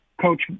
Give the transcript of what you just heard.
Coach